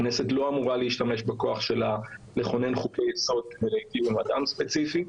הכנסת לא אמרוה להשתמש בכוח שלה לכונן חוקי יסוד עבור אדם ספציפי.